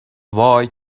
وای